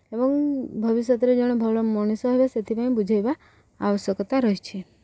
ଏବଂ ଭବିଷ୍ୟତରେ ଜଣେ ଭଲ ମଣିଷ ହେବେ ସେଥିପାଇଁ ବୁଝେଇବା ଆବଶ୍ୟକତା ରହିଛି